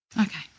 Okay